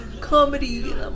comedy